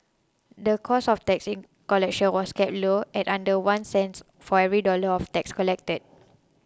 the cost of tax collection was kept low at under one cent for every dollar of tax collected